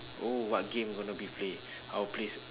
oh what games gonna be played I will play